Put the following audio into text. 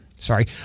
Sorry